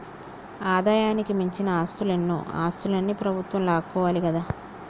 ఆదాయానికి మించిన ఆస్తులన్నో ఆస్తులన్ని ప్రభుత్వం లాక్కోవాలి కదా